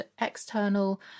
external